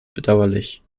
bedauerlich